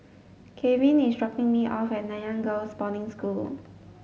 Gavin is dropping me off at Nanyang Girls' Boarding School